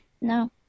No